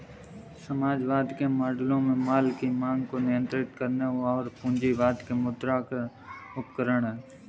समाजवाद के मॉडलों में माल की मांग को नियंत्रित करने और पूंजीवाद के मुद्रा उपकरण है